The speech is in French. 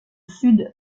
sud